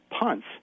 punts